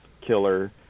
killer